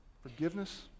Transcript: Forgiveness